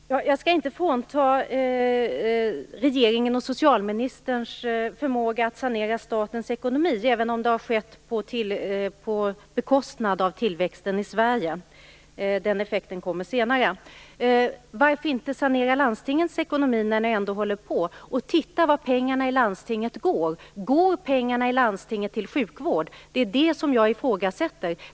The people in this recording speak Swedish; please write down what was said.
Herr talman! Jag skall inte frånta regeringen och socialministern förmåga att sanera statens ekonomi, även om det har skett på bekostnad av tillväxten i Sverige. Den effekten kommer senare. Varför inte sanera landstingens ekonomi när ni ändå håller på och se efter var pengarna går? Går pengarna i landstingen till sjukvård? Det är det jag ifrågasätter.